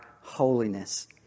holiness